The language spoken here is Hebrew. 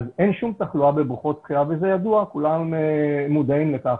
אין שום תחלואה בבריכות שחייה, וכולם מודעים לכך.